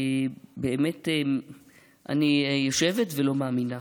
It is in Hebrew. אני באמת יושבת ולא מאמינה.